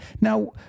now